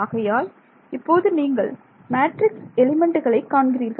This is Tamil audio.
ஆகையால் இப்போது நீங்கள் மேட்ரிக்ஸ் எலிமெண்ட்டுகளை காண்கிறீர்கள்